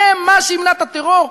זה מה שימנע את הטרור,